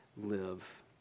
live